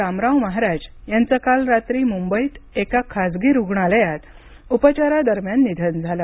रामराव महाराज यांचं काल रात्री मुंबईत एका खासगी रुग्णालयात उपचारा दरम्यान निधन झालं